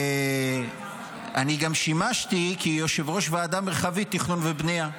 אני גם שימשתי כיושב-ראש ועדה מרחבית תכנון ובנייה,